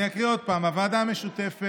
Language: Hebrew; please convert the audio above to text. אני אקריא עוד פעם: הוועדה המשותפת